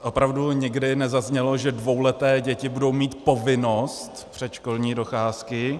Opravdu nikdy nezaznělo, že dvouleté děti budou mít povinnost předškolní docházky.